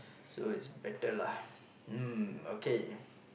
so it's better lah mm okay